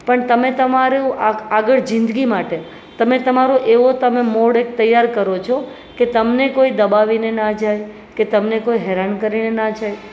પણ તમે તમારું આગળ જિંંદગી માટે તમે તમારું એવો મોડ એક તૈયાર કરો છો કે તમને કોઈ દબાવીને ના જાય કે તમને કોઈ હેરાન કરીને ના જાય